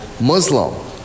Muslim